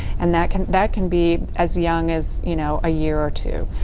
and that can that can be as young as you know a year or two.